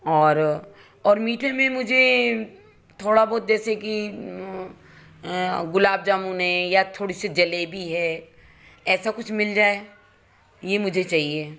और और मीठे में मुझे थोड़ा बहुत जैसे कि गुलाब जामुन या थोड़ी सी जलेबी है ऐसा कुछ मिल जाए ये मुझे चाहिए